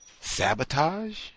sabotage